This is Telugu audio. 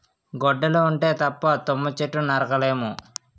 గొడ్డలి ఉంటే తప్ప తుమ్మ చెట్టు నరక లేము